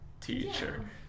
teacher